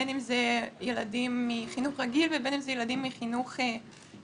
בין אם אלו ילדים מחינוך רגיל ובין אם אלו ילדים מחינוך מיוחד,